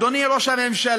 אדוני ראש הממשלה,